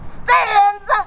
stands